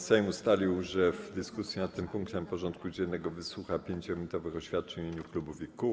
Sejm ustalił, że w dyskusji nad tym punktem porządku dziennego wysłucha 5-minutowych oświadczeń w imieniu klubów i kół.